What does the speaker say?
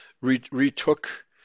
retook